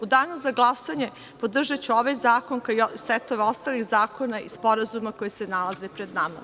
U danu za glasanje podržaću ovaj zakon, kao i setove ostalih zakona i sporazuma koji se nalaze pred nama.